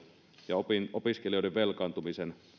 ja opiskelijoiden velkaantumisen